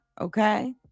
okay